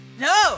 No